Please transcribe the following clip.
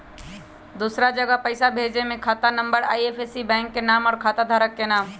दूसरा जगह पईसा भेजे में खाता नं, आई.एफ.एस.सी, बैंक के नाम, और खाता धारक के नाम?